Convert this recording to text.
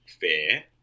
fair